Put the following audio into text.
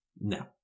No